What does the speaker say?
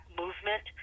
movement